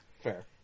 Fair